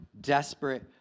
desperate